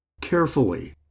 Carefully